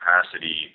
capacity